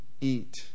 eat